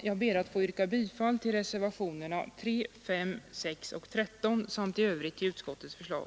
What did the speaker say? Jag ber att få yrka bifall till reservationerna 3, 5, 6 och 13 samt i övrigt till utskottets förslag.